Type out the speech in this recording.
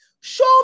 show